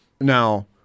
Now